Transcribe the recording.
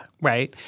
right